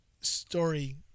story